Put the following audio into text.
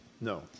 No